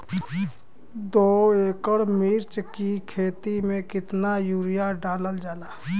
दो एकड़ मिर्च की खेती में कितना यूरिया डालल जाला?